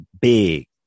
big